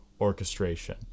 orchestration